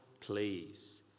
please